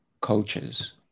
coaches